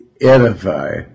edify